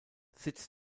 sitz